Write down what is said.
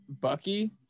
Bucky